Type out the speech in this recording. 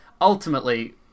ultimately